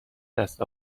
دست